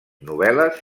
novel·les